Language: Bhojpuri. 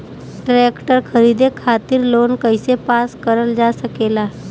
ट्रेक्टर खरीदे खातीर लोन कइसे पास करल जा सकेला?